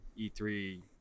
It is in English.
e3